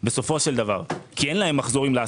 כי לעסקים האלה אין מחזורים.